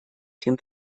dem